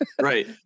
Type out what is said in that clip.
Right